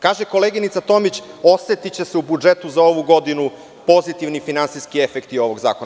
Kaže koleginica Tomić - osetiće se u budžetu za ovu godinu pozitivni finansijski efekti ovog zakona.